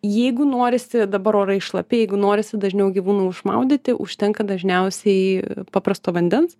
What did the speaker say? jeigu norisi dabar orai šlapi jeigu norisi dažniau gyvūną užmaudyti užtenka dažniausiai paprasto vandens